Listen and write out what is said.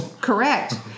Correct